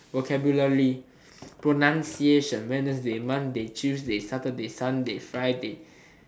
vocabulary pronunciation wednesday monday tuesday saturday sunday friday